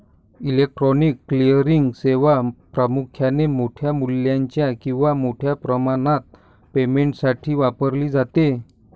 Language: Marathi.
इलेक्ट्रॉनिक क्लिअरिंग सेवा प्रामुख्याने मोठ्या मूल्याच्या किंवा मोठ्या प्रमाणात पेमेंटसाठी वापरली जाते